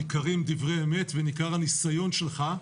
ניכרים דברי אמת וניכר הניסיון שלך.